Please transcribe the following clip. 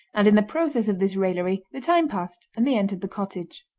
and, in the process of this raillery, the time passed, and they entered the cottage.